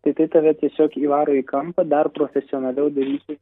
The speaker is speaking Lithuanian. tai tai tave tiesiog įvaro į kampą dar profesionaliau daryti